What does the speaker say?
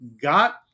got